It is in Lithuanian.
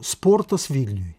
sportas vilniuj